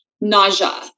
nausea